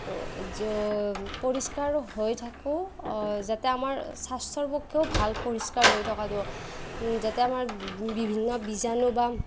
পৰিষ্কাৰ হৈ থাকোঁ যাতে আমাৰ স্বাস্থ্যৰ পক্ষেও ভাল পৰিষ্কাৰ হৈ থকাটো যাতে আমাৰ বিভিন্ন বীজাণু বা